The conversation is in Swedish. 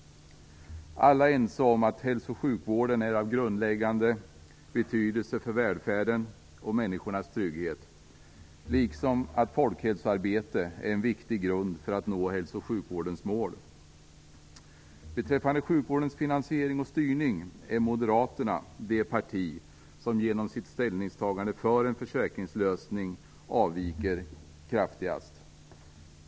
Alla är ense om att hälso och sjukvården är av grundläggande betydelse för välfärden och människornas trygghet liksom att folkhälsoarbete är en viktig grund för att nå hälso och sjukvårdens mål. Beträffande sjukvårdens finansiering och styrning är Moderaterna det parti som genom sitt ställningstagande för en försäkringslösning avviker kraftigast.